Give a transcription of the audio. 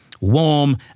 warm